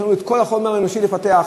יש לנו כל החומר האנושי לפתח,